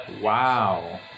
Wow